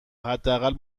حداقل